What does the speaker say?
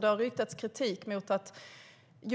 Det har riktats kritik mot att man